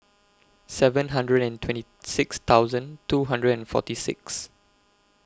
seven hundred and twenty six thousand two hundred and forty six